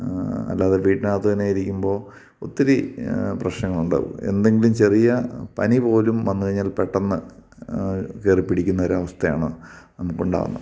അല്ലാതെ വീട്ടിനകത്ത് തന്നെ ഇരിക്കുമ്പോള് ഒത്തിരി പ്രശ്നങ്ങളുണ്ടാവും എന്തെങ്കിലും ചെറിയ പനി പോലും വന്ന് കഴിഞ്ഞാൽ പെട്ടെന്ന് കയറിപ്പിടിക്കുന്നൊരവസ്ഥയാണ് നമുക്കുണ്ടാവുന്നെ